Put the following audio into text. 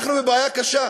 אנחנו בבעיה קשה.